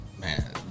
man